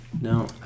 No